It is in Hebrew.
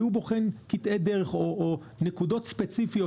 הוא בוחן קטעי דרך או נקודות ספציפיות